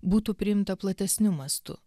būtų priimta platesniu mastu